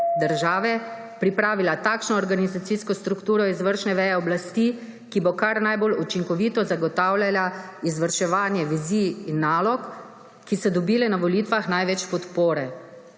države, pripravila takšno organizacijsko strukturo izvršne veje oblasti, ki bo kar najbolj učinkovito zagotavljala izvrševanje vizij in nalog, ki so dobile na volitvah največ podpore.